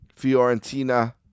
Fiorentina